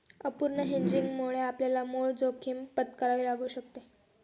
अपूर्ण हेजिंगमुळे आपल्याला मूळ जोखीम पत्करावी लागू शकते